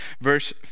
verse